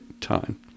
time